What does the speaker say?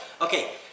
Okay